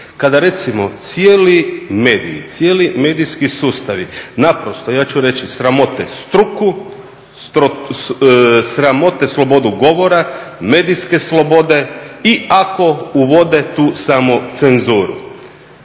mediji, cijeli medijski sustavi naprosto, ja ću reći, sramote struku, sramote slobodu govora, medijske slobode i ako uvode tu samo cenzuru?